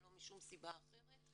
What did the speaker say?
ולא משום סיבה אחרת,